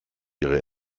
ihre